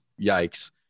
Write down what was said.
yikes